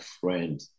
friend